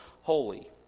holy